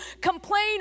complain